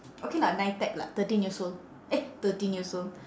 okay lah nitec lah thirteen years old eh thirteen years old